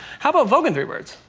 how about vogue in three words?